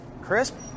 crisp